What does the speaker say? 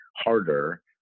harder